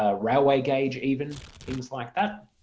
ah railway gauge even, things like that.